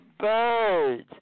birds